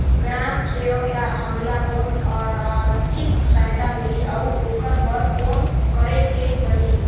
ग्राम सेवक ल हमला कौन आरथिक सहायता मिलही अउ ओकर बर कौन करे के परही?